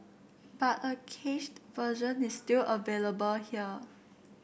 but a cached version is still available here